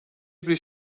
bir